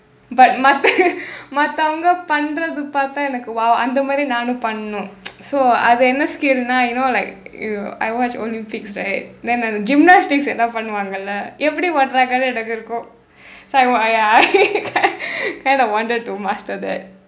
but மற்ற:marra மற்றவோங்க பன்றதை பார்த்தா எனக்கு:matravonga pandrathai paartthaa enakku !wow! அந்த மாதிரி நானும் பண்ணனும்:andtha maathiri naanum pannanum so அது என்ன:athu enna skill நா:naa you know like you I watch olympics right then அந்த:antha gymnastics என்ன பண்ணுவாங்கள எப்படி பண்றாங்கன்னு எனக்கு இருக்கும்:enna pannuvaangala eppadi pandrangannu enakku irukkum so I wa~ I ya kind of wanted to master that